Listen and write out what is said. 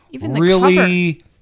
really-